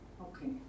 Okay